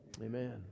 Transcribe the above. Amen